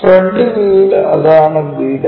front വ്യൂവിൽ അതാണ് b